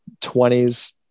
20s